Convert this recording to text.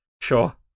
Sure